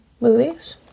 movies